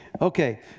Okay